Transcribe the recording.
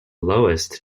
lowest